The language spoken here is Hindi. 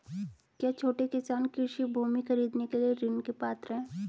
क्या छोटे किसान कृषि भूमि खरीदने के लिए ऋण के पात्र हैं?